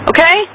Okay